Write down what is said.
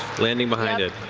landing behind it.